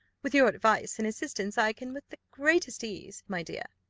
with your advice and assistance, i can with the greatest ease, my dear.